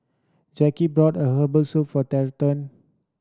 Jackie brought herbal soup for